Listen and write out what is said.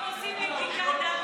עושים לי בדיקת דם,